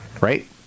right